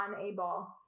unable